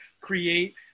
create